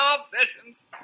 Sessions